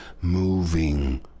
moving